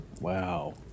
Wow